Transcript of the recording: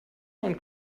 und